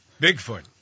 Bigfoot